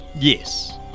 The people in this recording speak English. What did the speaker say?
yes